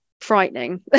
frightening